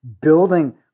building